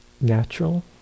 natural